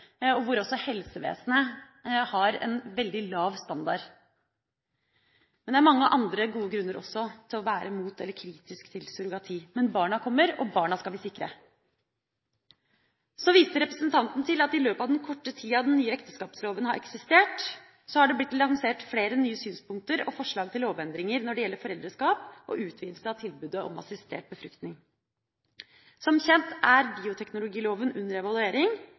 og hvor helsevesenet også har en veldig lav standard. Det er også mange andre gode grunner til å være imot – eller kritisk – til surrogati. Men barna kommer, og barna skal vi sikre. Så viste representanten til at i løpet av den korte tida den nye ekteskapsloven har eksistert, har det blitt lansert flere nye synspunkter og forslag til lovendringer når det gjelder foreldreskap og utvidelse av tilbudet om assistert befruktning. Som kjent er bioteknologiloven under evaluering,